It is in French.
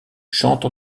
chante